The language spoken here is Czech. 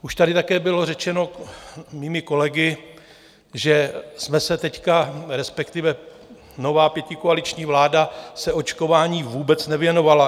Už tady také bylo řečeno mými kolegy, že jsme teď, respektive nová pětikoaliční vláda se očkování vůbec nevěnovala.